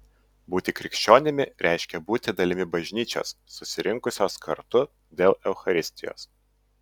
būti krikščionimi reiškia būti dalimi bažnyčios susirinkusios kartu dėl eucharistijos